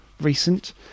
recent